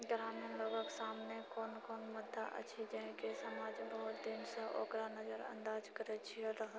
ग्रामीण लोगके सामने कोन कोन मुद्दा अछि जेनाकि समाज बहुत दिनसँ ओकरा नजर अन्दाज करै छियै